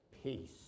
peace